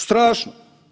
Strašno.